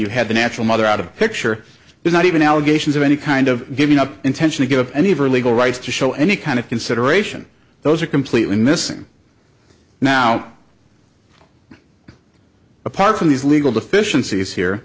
you had the natural mother out of picture is not even allegations of any kind of giving up intention to give up any of her legal rights to show any kind of consideration those are completely missing now apart from these legal deficiencies here